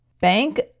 Bank